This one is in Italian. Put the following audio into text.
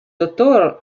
dott